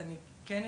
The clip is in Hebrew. אז אני כן אתקן,